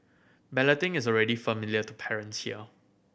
balloting is already familiar to parents here